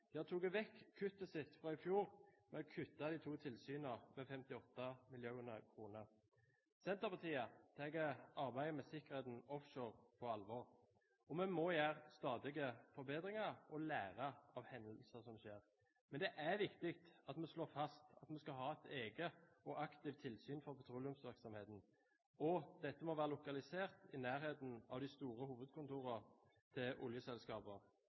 De har tatt vekk forslaget sitt fra i fjor om å kutte de to tilsynene med 58 mill. kr. Senterpartiet tar arbeidet med sikkerheten offshore på alvor. Vi må stadig gjøre forbedringer og lære av hendelser som skjer. Men det er viktig at vi slår fast at vi skal ha et eget og aktivt tilsyn for petroleumsvirksomheten. Dette må være lokalisert i nærheten av hovedkontorene til de store